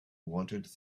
wanted